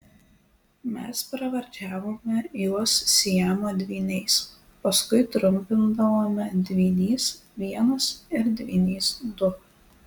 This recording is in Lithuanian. mes pravardžiavome juos siamo dvyniais paskui trumpindavome dvynys vienas ir dvynys du